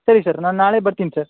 ಸರಿ ಸರ್ ನಾನು ನಾಳೆ ಬರ್ತೀನಿ ಸರ್